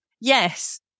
Yes